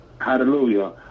hallelujah